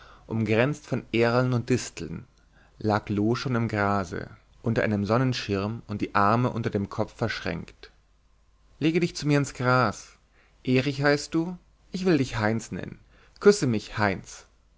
umgrenzt von erlen und disteln lag loo schon im grase unter einem sonnenschirm und die arme unter dem kopf verschränkt lege dich zu mir ins gras erich heißt du ich will dich heinz nennen küsse mich heinz